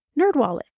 NerdWallet